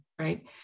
Right